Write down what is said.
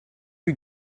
you